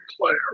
player